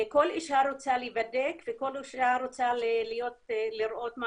כל אישה רוצה להיבדק וכל אישה רוצה לראות מה